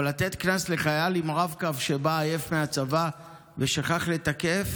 אבל לתת קנס לחייל עם רב-קו שבא עייף מהצבא ושכח לתקף?